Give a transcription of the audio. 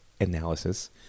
analysis